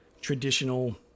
traditional